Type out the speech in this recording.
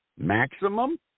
Maximum